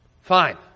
fine